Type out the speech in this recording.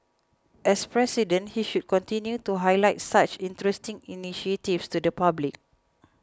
as president he should continue to highlight such interesting initiatives to the public